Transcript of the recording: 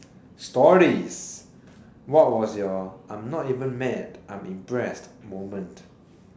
stories what was your I'm not even mad I'm impressed moment